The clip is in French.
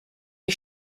est